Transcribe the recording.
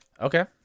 Okay